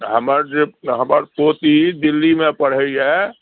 हमर जे हमर पोती दिल्ली मे पढ़ैया